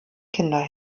kinder